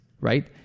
right